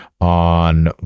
on